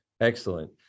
Excellent